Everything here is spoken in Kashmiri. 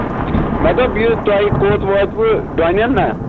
مےٚ دوٚپ یہِ تۄہہِ کوٚت وٲتۍوُ ڈوٗنٮ۪ن نہ